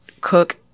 cook